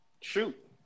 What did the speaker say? Shoot